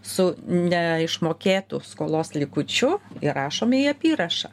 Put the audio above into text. su neišmokėtu skolos likučiu įrašome į apyrašą